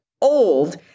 old